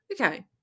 okay